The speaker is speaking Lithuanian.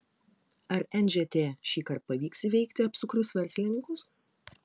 ar nžt šįkart pavyks įveikti apsukrius verslininkus